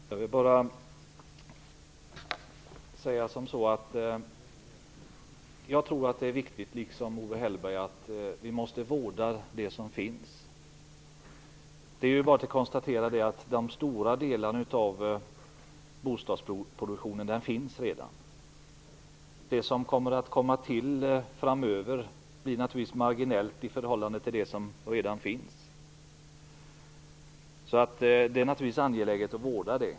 Herr talman! Jag vill bara säga att jag tror, liksom Owe Hellberg, att det är viktigt att vi vårdar det som finns. Det är bara att konstatera att de stora delarna av bostadsproduktionen redan finns. Det som kommer till framöver blir naturligtvis marginellt i förhållande till det som redan finns. Det är naturligtvis angeläget att vårda det.